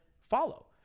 follow